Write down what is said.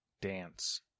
dance